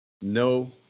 no